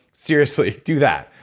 seriously, do that,